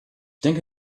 denke